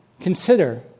Consider